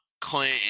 Clinton